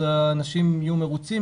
אז אנשים יהיו מרוצים,